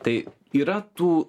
tai yra tų